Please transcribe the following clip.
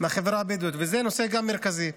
מהחברה הבדואית, וגם זה נושא מרכזי.